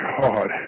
God